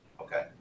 Okay